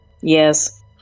Yes